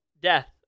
death